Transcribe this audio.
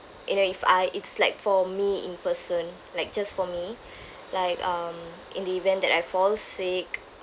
you know if I it's like for me in person like just for me like um in the event that I fall sick